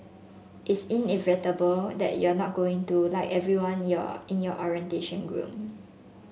it's inevitable that you're not going to like everyone your in your orientation group